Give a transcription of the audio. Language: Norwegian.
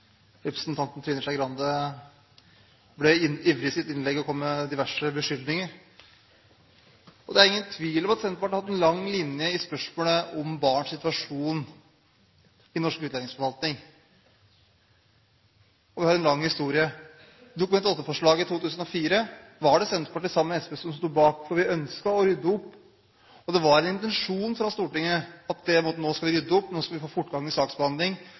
med diverse beskyldninger. Det er ingen tvil om at Senterpartiet har hatt en lang linje i spørsmålet om barns situasjon i norsk utlendingsforvaltning – vi har en lang historie. Det var Senterpartiet, sammen med SV, som sto bak et Dokument nr. 8-forslag i 2004, for vi ønsket å rydde opp. Det var intensjonen til Stortinget at nå skal vi rydde opp, nå skal vi få fortgang